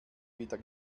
wieder